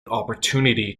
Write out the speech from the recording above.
opportunity